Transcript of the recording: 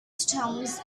stones